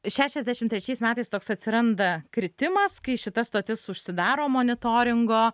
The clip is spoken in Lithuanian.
šešiasdešim trečiais metais toks atsiranda kritimas kai šita stotis užsidaro monitoringo